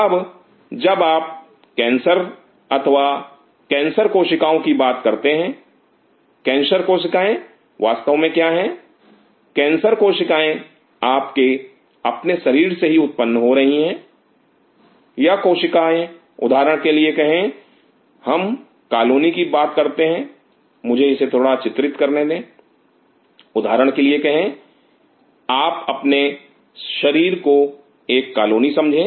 अब जब आप कैंसर अथवा कैंसर कोशिकाओं की बात करते हैं कैंसर कोशिकाएं वास्तव में क्या हैं कैंसर कोशिकाएं आपके अपने शरीर से ही उत्पन्न हो रही हैं या कोशिकाएं उदाहरण के लिए कहे हम कॉलोनी की बात करते हैं मुझे इसे थोड़ा सा चित्रित करने दें उदाहरण के लिए कहे आप अपने शरीर को एक कॉलोनी समझे